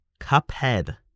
Cuphead